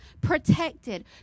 protected